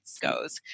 goes